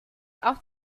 auf